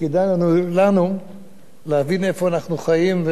שכדאי לנו להבין איפה אנחנו חיים,